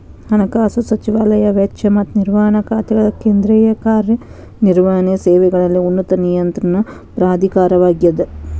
ಹಣಕಾಸು ಸಚಿವಾಲಯ ವೆಚ್ಚ ಮತ್ತ ನಿರ್ವಹಣಾ ಖಾತೆಗಳ ಕೇಂದ್ರೇಯ ಕಾರ್ಯ ನಿರ್ವಹಣೆಯ ಸೇವೆಗಳಲ್ಲಿ ಉನ್ನತ ನಿಯಂತ್ರಣ ಪ್ರಾಧಿಕಾರವಾಗ್ಯದ